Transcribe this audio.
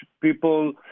people